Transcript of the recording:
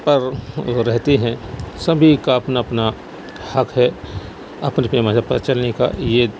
پر وہ رہتے ہیں سبھی کا اپنا اپنا حق ہے اپنے اپنے مذہب پر چلنے کا یہ